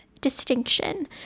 distinction